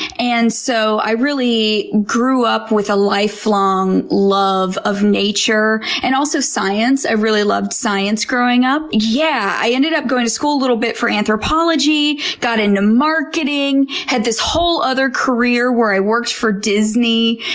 and so, i really grew up with a lifelong love of nature, and also science. i really loved science growing up. yeah i ended up going to school a little bit for anthropology. got into marketing. had this whole other career where i worked for disney.